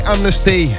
Amnesty